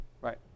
Right